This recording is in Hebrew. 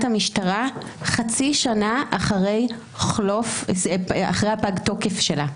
המשטרה חצי שנה אחרי פג התוקף שלה.